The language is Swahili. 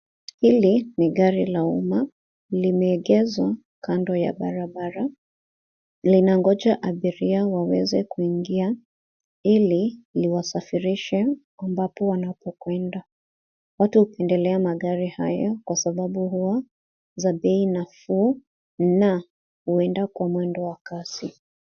Hili ni gari la umma. Limeegeshwa kando ya barabara. Linangoja abiria waweze kuingia ili liwasafirishe ambapo wanapokwenda. Watu hupendelea magari haya kwa sababu huwa za bei nafuu na huenda kwa mwendo wa kasi.